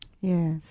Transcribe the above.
Yes